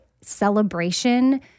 celebration